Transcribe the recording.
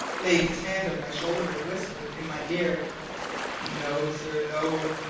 laid his hand on my shoulder and whispered in my ear no, sir, no!